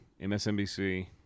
MSNBC